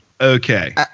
Okay